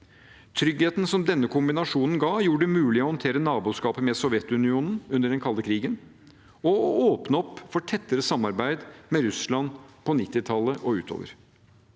Tryggheten som denne kombinasjonen ga, gjorde det mulig å håndtere naboskapet med Sovjetunionen under den kalde krigen og åpne for tettere samarbeid med Russland på 1990-tallet og utover.